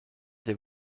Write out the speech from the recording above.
der